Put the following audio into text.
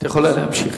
את יכולה להמשיך.